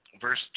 verse